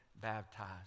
baptized